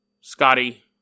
Scotty